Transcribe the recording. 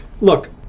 Look